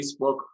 Facebook